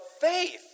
faith